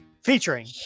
Featuring